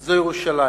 זה ירושלים.